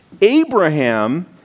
Abraham